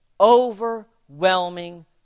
Overwhelming